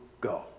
go